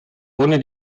ohne